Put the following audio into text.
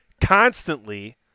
constantly